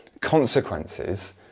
consequences